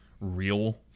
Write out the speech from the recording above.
real